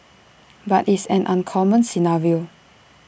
but it's an uncommon scenario